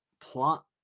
Plot